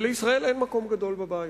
לישראל אין מקום גדול בבעיה,